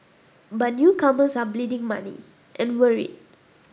but newcomers are bleeding money and worried